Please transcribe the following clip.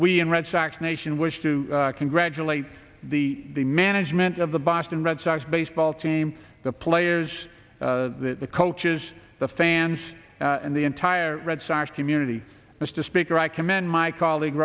we in red sox nation wish to congratulate the management of the boston red sox baseball team the players the coaches the fans and the entire red sox community mr speaker i commend my colleague